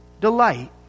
delight